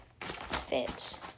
fit